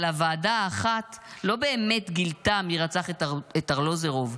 אבל הוועדה האחת לא באמת גילתה מי רצח את ארלוזורוב,